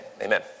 amen